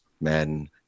men